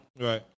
right